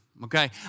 okay